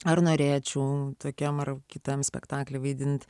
ar norėčiau tokiam ar kitam spektakly vaidint